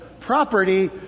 property